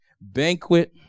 banquet